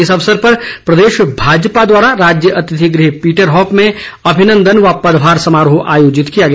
इस अवसर पर प्रदेश भाजपा द्वारा राज्य अतिथि गृह पीटरहॉफ में अभिनंदन व पदभार समारोह आयोजित किया गया